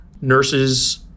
nurses